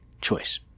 choice